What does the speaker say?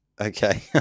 Okay